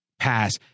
pass